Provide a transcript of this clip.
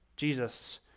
Jesus